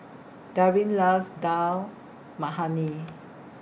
Darrin loves Dal Makhani